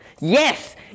Yes